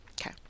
Okay